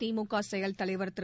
திமுக செயல் தலைவர் திரு